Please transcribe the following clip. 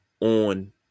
on